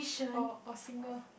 or or singer